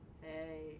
Hey